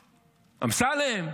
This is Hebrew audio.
אמסלם,